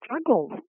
struggles